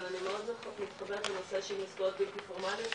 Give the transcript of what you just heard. אני מאוד מתחברת לנושא של מסגרות בלתי פורמליות.